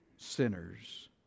sinners